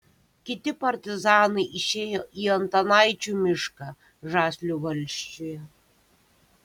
kiti partizanai išėjo į antanaičių mišką žaslių valsčiuje